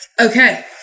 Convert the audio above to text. okay